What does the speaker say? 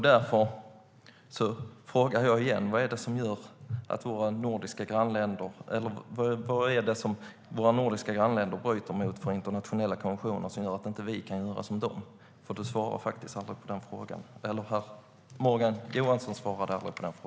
Därför frågar jag igen: Vad är det för internationella konventioner som våra nordiska grannländer bryter mot som gör att inte vi kan göra som de? Den frågan svarar inte Morgan Johansson på.